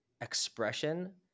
expression